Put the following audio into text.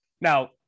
Now